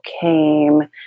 came